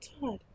Todd